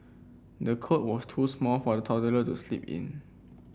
the cot was too small for the toddler to sleep in